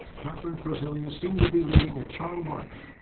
katherine korzilius seemed to be leading a charmed life.